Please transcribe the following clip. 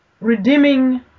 redeeming